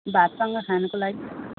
भातसँग खानुको लागि